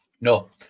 no